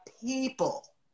people